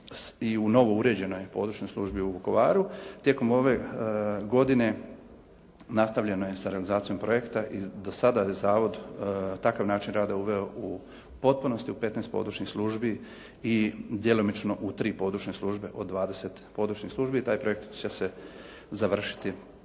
i u novo uređenoj područnoj službi u Vukovaru, tijekom ove godine nastavljeno je sa realizacijom projekta, do sada je zavod takav način rada uveo u potpunosti u 15 područnih službi i djelomično u tri područne službe od 20 područnih službi i taj projekt će se završiti